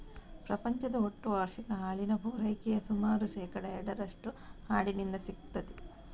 ಪ್ರಪಂಚದ ಒಟ್ಟು ವಾರ್ಷಿಕ ಹಾಲಿನ ಪೂರೈಕೆಯ ಸುಮಾರು ಶೇಕಡಾ ಎರಡರಷ್ಟು ಆಡಿನಿಂದ ಸಿಗ್ತದೆ